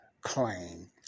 claim